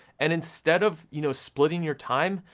and instead of, you know, splitting your time,